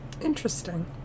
Interesting